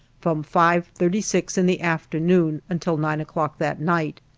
from five thirty six in the afternoon until nine o'clock that night.